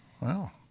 Wow